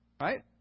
Right